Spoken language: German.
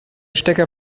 stecker